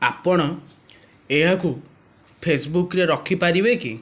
ଆପଣ ଏହାକୁ ଫେସବୁକ୍ରେ ରଖିପାରିବେ କି